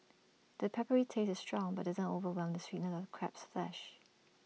the peppery taste is strong but doesn't overwhelm the sweetness of crab's flesh